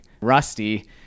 Rusty